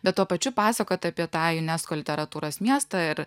bet tuo pačiu pasakot apie tą unesco literatūros miestą ir